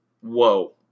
Whoa